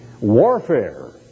warfare